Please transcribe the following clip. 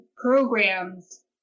programs